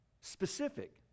specific